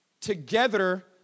together